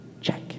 Check